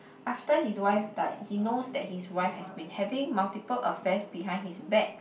after his wife died he knows that his wife has been having multiple affairs behind his back